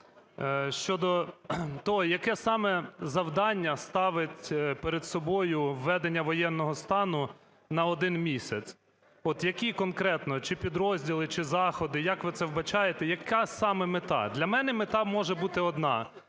щодо того, яке саме завдання ставить перед собою введення воєнного стану на один місяць. От які конкретно чи підрозділи, чи заходи, як ви це вбачаєте? Яка саме мета? Для мене мета може бути одна